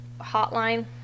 hotline